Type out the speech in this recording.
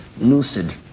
lucid